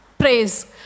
Praise